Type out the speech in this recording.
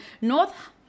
north